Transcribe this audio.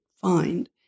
find